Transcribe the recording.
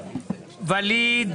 מלביצקי ואליד